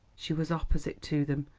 she was opposite to them,